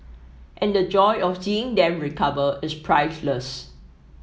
and the joy of seeing them recover is priceless